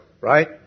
right